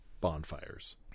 bonfires